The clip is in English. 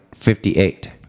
58